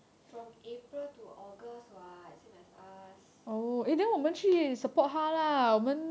from april to august [what] same as us